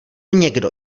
někdo